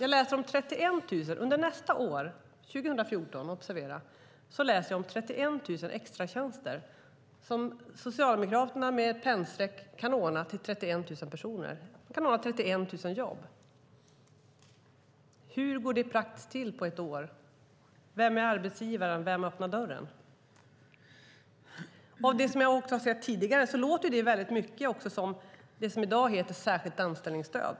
Jag läser om 31 000 extratjänster som Socialdemokraterna med ett pennstreck kan ordna under nästa år, 2014. De kan ordna 31 000 jobb. Hur går det till praktiskt på ett år? Vem är arbetsgivaren? Vem öppnar dörren? När det gäller det som jag har sett tidigare låter det också väldigt mycket med det som i dag heter särskilt anställningsstöd.